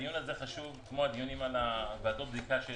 הדיון הזה חשוב כמו הדיונים על ועדות בדיקה.